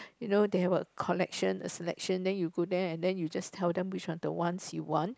you know they have a collection a selection then you go there and then you just tell them which are the ones you want